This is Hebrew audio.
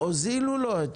הוזילו לו.